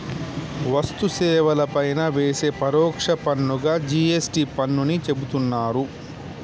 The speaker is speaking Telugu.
వస్తు సేవల పైన వేసే పరోక్ష పన్నుగా జి.ఎస్.టి పన్నుని చెబుతున్నరు